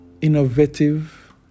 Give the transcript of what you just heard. innovative